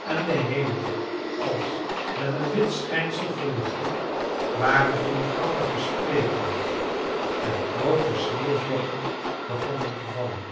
en den hemel als met een wit schijnsel verlichtten waren van elkander gespleten en groote sneeuwvlokken begonnen te vallen